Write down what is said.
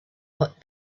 but